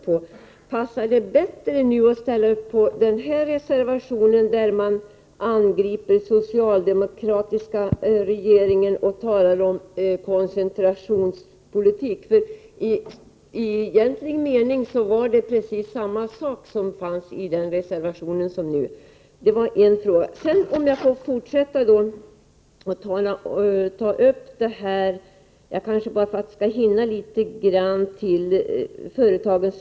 Kanske det passar bättre att ställa upp nu på den reservation där man angriper den socialdemokratiska regeringen och talar om koncentrationspolitik. Men egentligen är det precis samma innehåll i båda reservationerna. Rune Rydén talade om företagarnas uppgiftslämnande.